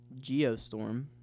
Geostorm